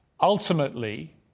Ultimately